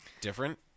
Different